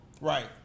Right